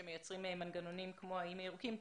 מייצרים מנגנונים כמו האיים הירוקים.